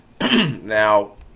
now